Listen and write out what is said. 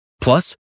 Plus